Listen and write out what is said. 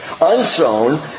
unsown